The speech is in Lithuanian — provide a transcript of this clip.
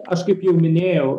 aš kaip jau minėjau